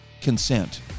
consent